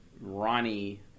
Ronnie